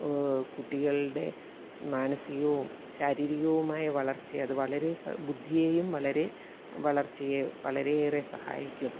കുട്ടികളുടെ മാനസികവും ശാരീരികവുമായ വളർച്ചയെ അത് വളരെ ബുദ്ധിയേയും വളരെ വളർച്ചയെ വളരെയേറെ സഹായിക്കും